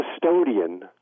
custodian